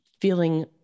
feeling